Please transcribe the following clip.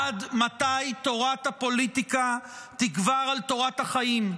עד מתי תורת הפוליטיקה תגבר על תורת החיים?